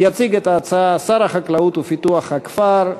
יציג את ההצעה שר החקלאות ופיתוח הכפר,